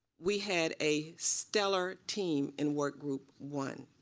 we had a stellar team in work group one.